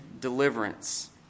deliverance